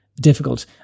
Difficult